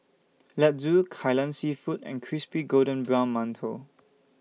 Laddu Kai Lan Seafood and Crispy Golden Brown mantou